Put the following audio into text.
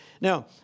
Now